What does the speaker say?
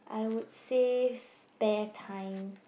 I would say spare time